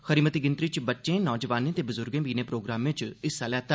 खरी मती गिनतरी च बच्चें नौजवानें ते बुजुर्गे बी इनें प्रोग्रामें च हिस्सा लैता